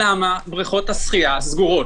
לא תוכל לעשות את זה,